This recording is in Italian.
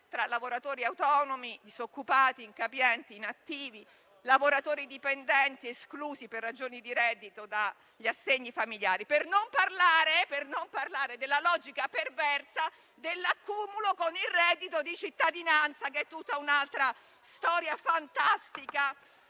tra lavoratori autonomi, disoccupati, incapienti, inattivi, lavoratori dipendenti esclusi per ragioni di reddito dagli assegni familiari; per non parlare della logica perversa dell'accumulo con il reddito di cittadinanza, quello che aveva abolito la